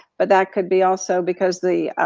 but that could be also because the